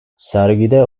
sergide